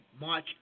march